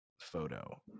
photo